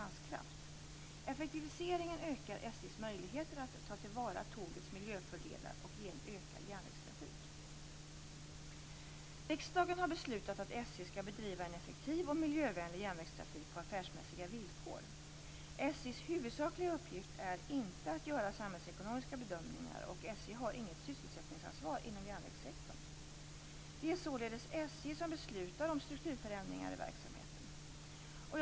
Effektiviseringen ökar SJ:s möjligheter att ta till vara tågets miljöfördelar och ge en ökad järnvägstrafik. Riksdagen har beslutat att SJ skall bedriva en effektiv och miljövänlig järnvägstrafik på affärsmässiga villkor. SJ:s huvudsakliga uppgift är inte att göra samhällsekonomiska bedömningar, och SJ har inget sysselsättningsansvar inom järnvägssektorn. Det är således SJ som beslutar om strukturförändringar i verksamheten.